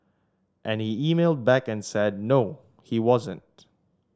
and he emailed back and said no he wasn't